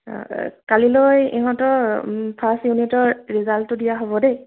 অ কালিলৈ ইহঁতৰ ওম ফাৰ্ষ্ট ইউণিটৰ ৰিজাল্টটো দিয়া হ'ব দেই